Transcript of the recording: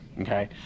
Okay